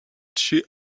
chez